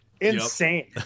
insane